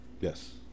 Yes